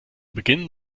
beginn